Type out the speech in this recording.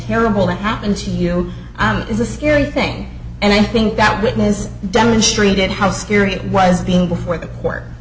terrible that happened to you is a scary thing and i think that witness demonstrated how secure it was being before the court